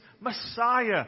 Messiah